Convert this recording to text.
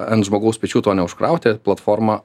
ant žmogaus pečių to neužkrauti platforma